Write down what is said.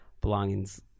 belongings